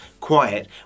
quiet